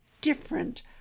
different